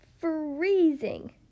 freezing